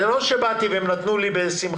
זה לא שבאתי והם נתנו לי בשמחה.